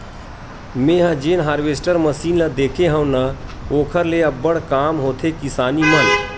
मेंहा जेन harvester machine ल देखे हव न ओखर से अब्बड़ काम होथे किसानी मन